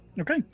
Okay